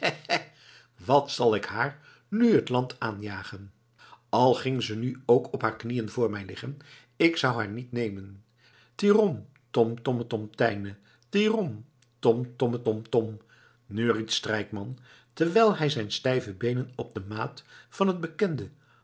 wat zal ik haar nu het land aanjagen al ging ze nu ook op haar knieën voor mij liggen ik zou haar niet nemen tirom tomtommetomtijne tirom tomtommetomtom neuriet strijkman terwijl hij zijn stijve beenen op de maat van het bekende